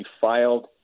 filed